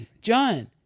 John